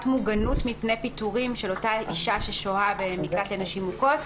המוגנות מפני פיטורים של אותה אישה ששוהה במקלט לנשים מוכות.